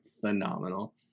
phenomenal